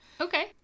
Okay